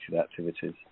activities